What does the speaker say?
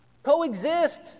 Coexist